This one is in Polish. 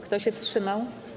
Kto się wstrzymał?